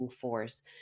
force